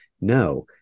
no